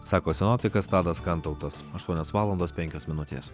sako sinoptikas tadas kantautas aštuonios valandos penkios minutės